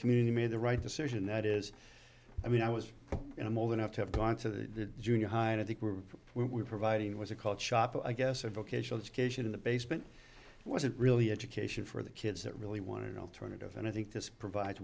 community made the right decision that is i mean i was and i'm old enough to have gone to the junior high and i think we're we're providing was a called shop i guess a vocational education in the basement wasn't really education for the kids that really wanted alternative and i think this provide